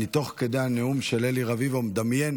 תוך כדי הנאום של אלי רביבו אני מדמיין